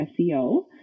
SEO